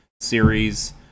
series